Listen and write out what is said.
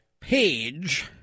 page